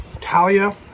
Talia